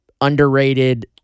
underrated